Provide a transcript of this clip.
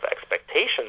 expectations